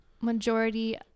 majority